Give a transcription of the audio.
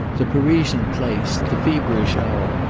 the parisian place, the feverish hour,